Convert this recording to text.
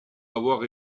avoir